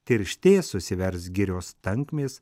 tirštės susivers girios tankmės